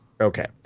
Okay